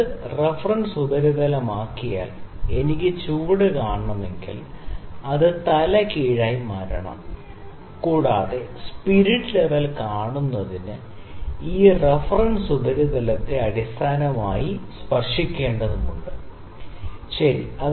ഇത് റഫറൻസ് ഉപരിതലമായതിനാൽ എനിക്ക് ചുവടെ കാണണമെങ്കിൽ അത് തലകീഴായി മാറ്റണം കൂടാതെ സ്പിരിറ്റ് ലെവൽ കാണുന്നതിന് ഈ റഫറൻസ് ഉപരിതലത്തെ അടിസ്ഥാനവുമായി സ്പർശിക്കേണ്ടതുണ്ട് ശരി